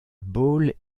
ball